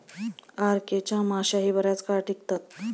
RK च्या माश्याही बराच काळ टिकतात